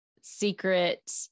secret